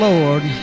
Lord